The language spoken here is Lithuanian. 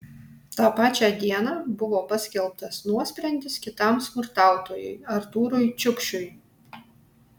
tą pačią dieną buvo paskelbtas nuosprendis kitam smurtautojui artūrui čiukšiui